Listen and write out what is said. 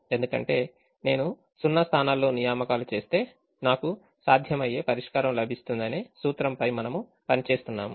ఎందుకంటే నేను సున్నా స్థానాల్లో నియామకాలు చేస్తే నాకు సాధ్యమయ్యే పరిష్కారం లభిస్తుందనే సూత్రంపై మనము పని చేస్తున్నాము